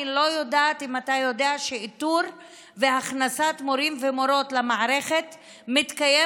אני לא יודעת אם אתה יודע שאיתור והכנסת מורים ומורות למערכת מתקיים